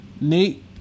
Nate